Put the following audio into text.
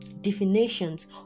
definitions